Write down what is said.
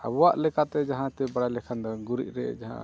ᱟᱵᱚᱣᱟᱜ ᱞᱮᱠᱟᱛᱮ ᱡᱟᱦᱟᱸᱛᱮ ᱵᱟᱲᱟᱭ ᱞᱮᱠᱷᱟᱱ ᱫᱚ ᱜᱩᱨᱤᱡᱨᱮ ᱡᱟᱦᱟᱸ